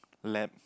lab